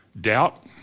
Doubt